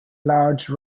large